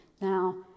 Now